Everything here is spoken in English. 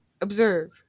Observe